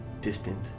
distant